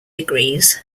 degrees